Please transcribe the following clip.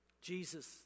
Jesus